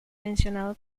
mencionado